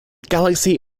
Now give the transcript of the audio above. galaxy